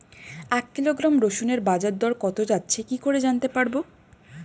এক কিলোগ্রাম রসুনের বাজার দর কত যাচ্ছে কি করে জানতে পারবো?